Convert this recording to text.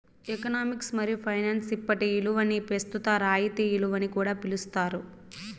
economics మరియు finance ఇప్పటి ఇలువని పెస్తుత రాయితీ ఇలువని కూడా పిలిస్తారు